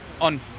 on